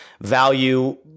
value